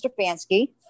Stefanski